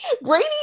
Brady